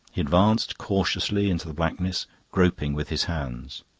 he advanced cautiously into the blackness, groping with his hands.